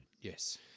yes